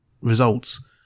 results